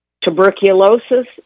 Tuberculosis